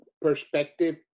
perspective